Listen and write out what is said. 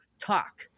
talk